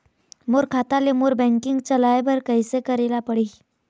मोर खाता ले मोर बैंकिंग चलाए बर कइसे करेला पढ़ही?